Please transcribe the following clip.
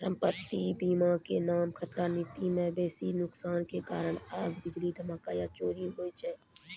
सम्पति बीमा के नाम खतरा नीति मे बेसी नुकसानो के कारण आग, बिजली, धमाका या चोरी होय छै